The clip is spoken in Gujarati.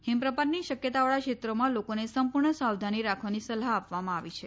હિમપ્રપાતની શક્યતાવાળા ક્ષેત્રોમાં લોકોને સંપૂર્ણ સાવધાની રાખવાની સલાહ આપવામાં આવી છે